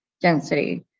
density